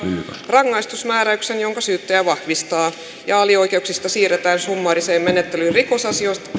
rangaistusmääräyksen jonka syyttäjä vahvistaa ja alioikeuksista siirretään summaariseen menettelyyn rikosasiat